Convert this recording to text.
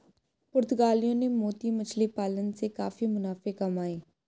पुर्तगालियों ने मोती मछली पालन से काफी मुनाफे कमाए